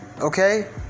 okay